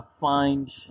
find